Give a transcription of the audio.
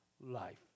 life